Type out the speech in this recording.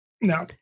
No